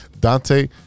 Dante